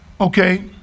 okay